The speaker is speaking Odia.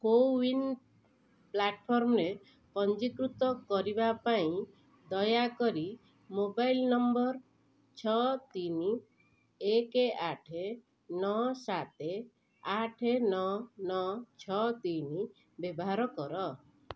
କୋୱିନ୍ ପ୍ଲାଟଫର୍ମରେ ପଞ୍ଜୀକୃତ କରିବା ପାଇଁ ଦୟାକରି ମୋବାଇଲ୍ ନମ୍ବର୍ ଛଅ ତିନି ଏକ ଆଠ ନଅ ସାତ ଆଠ ନଅ ନଅ ଛଅ ତିନି ବ୍ୟବହାର କର